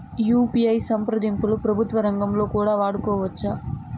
UPI సంప్రదింపులు ప్రభుత్వ రంగంలో కూడా వాడుకోవచ్చా?